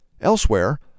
Elsewhere